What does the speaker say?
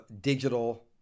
digital